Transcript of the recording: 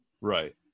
Right